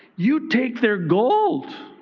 you take their gold.